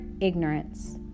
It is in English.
ignorance